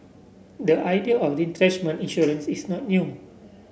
the ideal of retrenchment insurance is not new